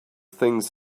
things